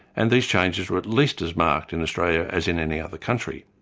and these changes were at least as marked in australia as in any other country.